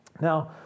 Now